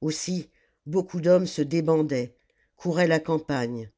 aussi beaucoup d'hommes se débordaient couraient la campagne